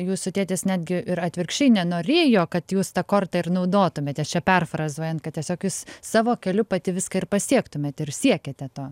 jūsų tėtis netgi ir atvirkščiai nenorėjo kad jūs ta korta ir naudotumėtės čia perfrazuojant kad tiesiog jūs savo keliu pati viską ir pasiektumėt ir siekiate to